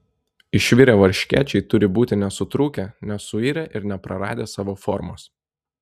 išvirę varškėčiai turi būti nesutrūkę nesuirę ir nepraradę savo formos